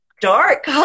dark